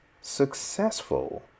Successful